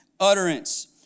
utterance